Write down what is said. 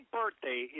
birthday